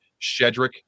Shedrick